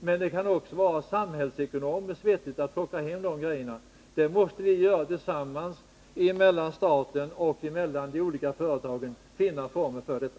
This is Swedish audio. Men det kan också vara samhällsekonomiskt vettigt att låta tillverkningen av dessa komponenter ske i landet. Staten och de olika företagen måste tillsammans finna former för detta.